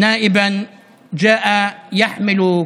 הערבית, להלן תרגומם: